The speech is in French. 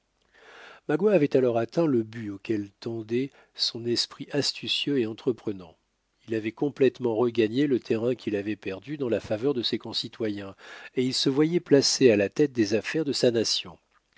magua avait alors atteint le but auquel tendait son esprit astucieux et entreprenant il avait complètement regagné le terrain qu'il avait perdu dans la faveur de ses concitoyens et il se voyait placé à la tête des affaires de sa nation